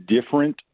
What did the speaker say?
different